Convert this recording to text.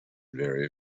vary